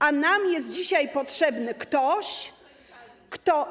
A nam jest dzisiaj potrzebny ktoś, kto.